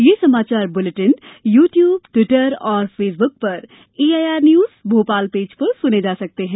ये समाचार bulletin YouTube Twitter और फेसबुक पर एआईआर न्यूज भोपाल पेज पर सुने जा सकते हैं